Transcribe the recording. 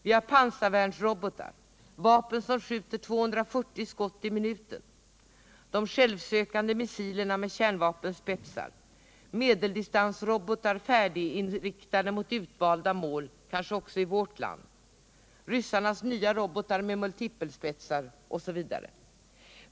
Vi har pansarvärnsrobotar, vapen som skjuter 270 skott i minuten, de självsökande missilerna med kärnvapenspetsar, medeldistansrobotar färdigriktade mot utvalda mål, kanske också i vårt land, ryssarnas nya robotar med multipelspetsar osv.